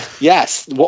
Yes